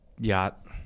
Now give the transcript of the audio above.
Yacht